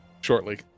shortly